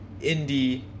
indie